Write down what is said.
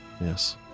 Yes